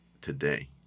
today